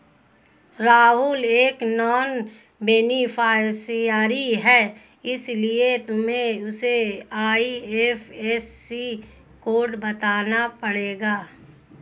राहुल एक non beneficiary है इसीलिए तुम्हें उसे आई.एफ.एस.सी कोड बताना पड़ेगा